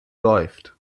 läuft